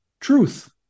truth